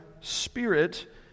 Spirit